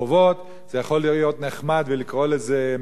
ולקרוא לזה מחאה חברתית מצד אחד,